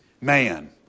man